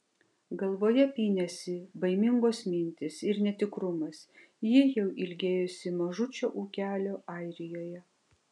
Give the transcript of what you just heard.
galvoje pynėsi baimingos mintys ir netikrumas ji jau ilgėjosi mažučio ūkelio airijoje